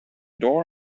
door